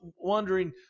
wondering